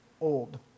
old